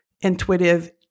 intuitive